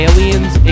Aliens